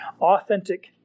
Authentic